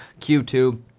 Q2